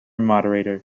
moderator